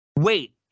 Wait